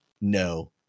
No